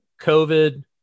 COVID